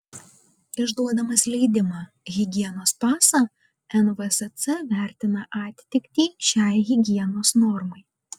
išduodamas leidimą higienos pasą nvsc vertina atitiktį šiai higienos normai